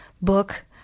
book